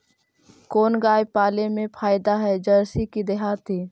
कोन गाय पाले मे फायदा है जरसी कि देहाती?